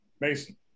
Mason